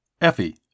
Effie